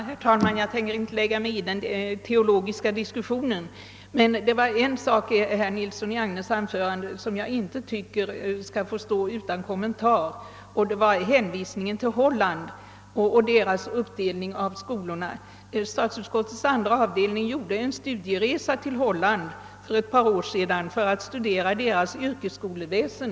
Herr talman! Jag tänker inte lägga mig i den teologiska diskussionen men det var en sak i herr Nilssons i Agnäs anförande som jag inte tycker skall få stå utan kommentar, nämligen hänvisningen till Holland och dess uppdelning av skolorna. Statsutskottets andra avdelning gjorde en resa till Holland för ett par år sedan för att studera dess yrkesskolväsen.